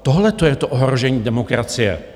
Tohle je to ohrožení demokracie.